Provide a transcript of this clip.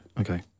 Okay